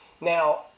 Now